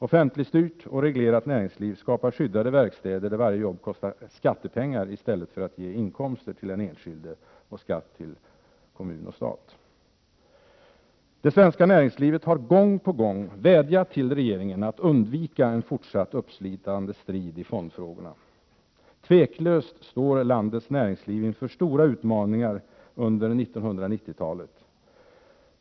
Offentligstyrt och reglerat näringsliv skapar skyddade verkstäder, där varje jobb kostar skattepengar i stället för att ge inkomster till den enskilde och skatt till kommun och stat. Det svenska näringslivet har gång på gång vädjat till regeringen att undvika en fortsatt uppslitande strid i fondfrågorna. Tveklöst står landets näringsliv inför stora utmaningar under 1990-talet.